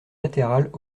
latérales